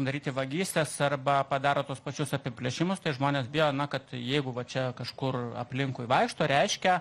daryti vagystes arba padaro tuos pačius apiplėšimus tai žmonės bijo na kad jeigu va čia kažkur aplinkui vaikšto reiškia